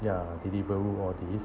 ya deliveroo all these